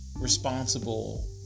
responsible